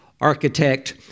architect